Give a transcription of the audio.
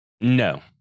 No